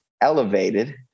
elevated